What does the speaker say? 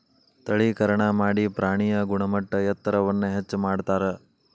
ತಳೇಕರಣಾ ಮಾಡಿ ಪ್ರಾಣಿಯ ಗುಣಮಟ್ಟ ಎತ್ತರವನ್ನ ಹೆಚ್ಚ ಮಾಡತಾರ